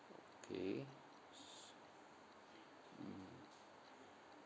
okay s~ mm